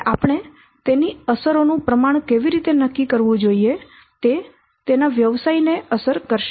અને આપણે તેની અસરોનું પ્રમાણ કેવી રીતે નક્કી કરવું જોઈએ તે તેના વ્યવસાય ને અસર કરશે